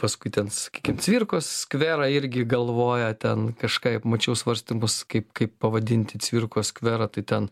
paskui ten sakykim cvirkos skverą irgi galvoja ten kažkaip mačiau svarstymus kaip kaip pavadinti cvirkos skverą tai ten